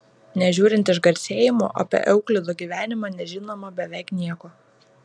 nežiūrint išgarsėjimo apie euklido gyvenimą nežinoma beveik nieko